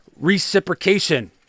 reciprocation